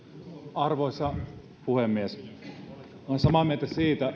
arvoisa puhemies olen samaa mieltä